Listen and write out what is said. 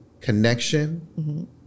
connection